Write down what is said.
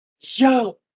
Yo